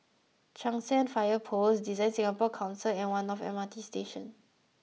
Cheng San Fire Post DesignSingapore Council and One North M R T Station